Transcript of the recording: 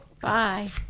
bye